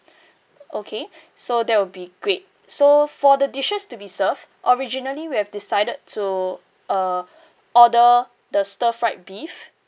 okay so that will be great so for the dishes to be served originally we have decided to uh order the stir fried beef